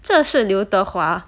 这是刘德华